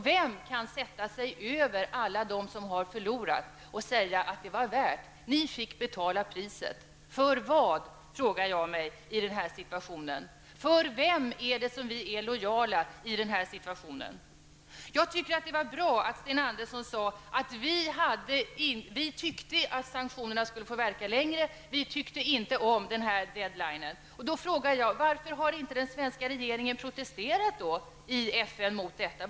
Vem kan sätta sig över alla dem som har förlorat och säga att det var värt priset? För vad? frågar jag mig. För vem är det som vi är lojala i den här situationen? Jag tycker att det var bra att Sten Andersson sade att den svenska regeringen tyckte att sanktionerna borde få verka längre. Vi tyckte inte om deadlinen, sade Sten Andersson. Då frågar jag: Varför har inte den svenska regeringen protesterat i FN mot detta?